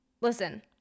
listen